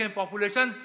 population